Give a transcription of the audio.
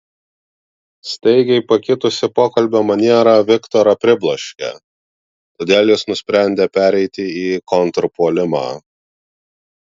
staigiai pakitusi pokalbio maniera viktorą pribloškė todėl jis nusprendė pereiti į kontrpuolimą